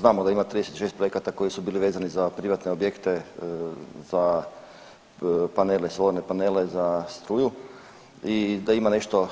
Znamo da ima 36 projekata koji su bili vezani za privatne objekte, za panele, solarne panele za struju i da ima nešto